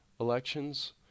elections